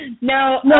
No